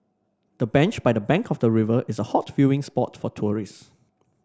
the bench by the bank of the river is a hot viewing spot for tourists